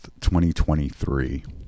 2023